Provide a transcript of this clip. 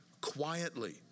quietly